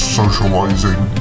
socializing